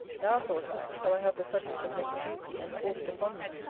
now, thought i, shall i have the subject of next tuesday enforced upon me.